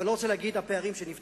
ואני לא רוצה לדבר על הפערים שנפתחים.